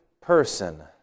person